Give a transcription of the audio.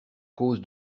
cause